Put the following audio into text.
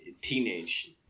teenage